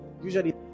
usually